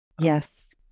Yes